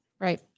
Right